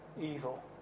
evil